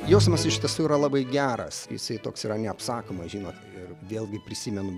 jausmas iš tiesų yra labai geras jisai toks yra neapsakomas žinot ir vėlgi prisimenu